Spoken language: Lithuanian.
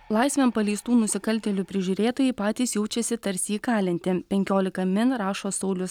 laisvėn paleistų nusikaltėlių prižiūrėtojai patys jaučiasi tarsi įkalinti penkiolika min rašo saulius